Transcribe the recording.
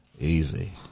Easy